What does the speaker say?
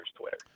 Twitter